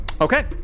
Okay